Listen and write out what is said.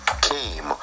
came